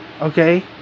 Okay